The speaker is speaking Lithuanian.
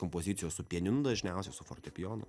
kompozicijos su pianinu dažniausia su fortepijonu